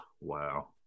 Wow